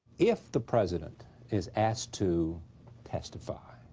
if the president is asked to testify,